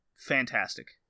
fantastic